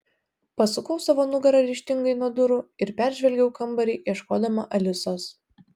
pasukau savo nugarą ryžtingai nuo durų ir peržvelgiau kambarį ieškodama alisos